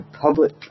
Public